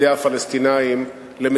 השר אטיאס, תפזר שם את ההפגנה.